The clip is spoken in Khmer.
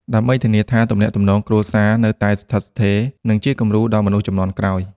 ដើម្បីធានាថាទំនាក់ទំនងគ្រួសារនៅតែស្ថិតស្ថេរ និងជាគំរូដល់មនុស្សជំនាន់ក្រោយ។